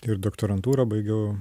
ir doktorantūrą baigiau